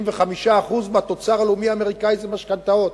75% מהתוצר הלאומי האמריקני זה משכנתאות.